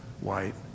white